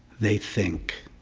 they think.